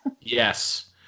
yes